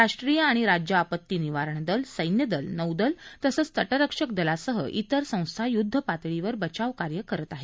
राष्ट्रीय आणि राज्य आपती निवारण दल सैन्यदल नौदल तसंच तटरक्षक दलासह इतर संस्था यूद्धपातळीवर बचाव कार्य करत आहेत